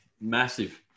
massive